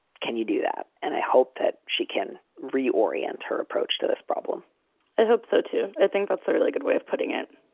can you do that? and i hope that she can reorient her approach to this problem i hope so, too. i think that's a really good way of putting it